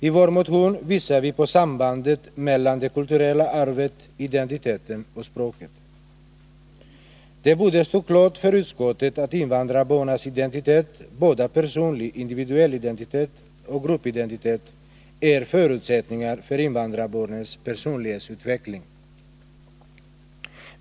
I vår motion visar vi på sambandet mellan det kulturella arvet, identiteten och språket. Det borde stå klart för utskottet att invandrarbarnens identitet — både den personliga, individuella identiteten och gruppidentiteten — är en förutsättning för invandrarbarnens personlighetsutveckling.